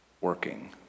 working